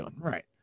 right